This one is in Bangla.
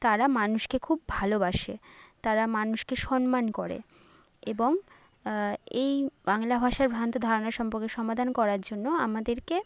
তারা মানুষকে খুব ভালোবাসে তারা মানুষকে সন্মান করে এবং এই বাংলা ভাষা ভ্রান্ত ধারণা সম্পর্কে সমাধান করার জন্য আমাদেরকে